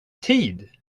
tid